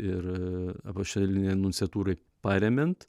ir apaštalinė nunciatūrai paremiant